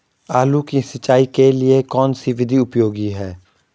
आलू की सिंचाई के लिए कौन सी विधि उपयोगी है?